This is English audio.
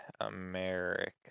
America